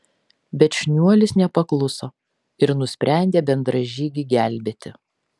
bet šniuolis nepakluso ir nusprendė bendražygį gelbėti